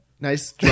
Nice